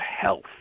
health